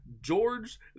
George